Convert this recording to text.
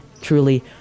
truly